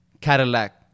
Cadillac